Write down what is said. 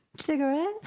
cigarette